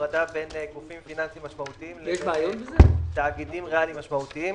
הפרדה בין גופים פיננסים משמעותיים לבין תאגידים ריאליים משמעותיים,